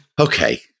Okay